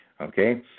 Okay